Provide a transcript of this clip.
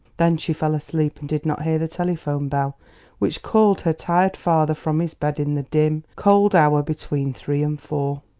then she fell asleep, and did not hear the telephone bell which called her tired father from his bed in the dim, cold hour between three and four.